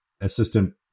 assistant